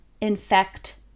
infect